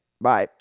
Bye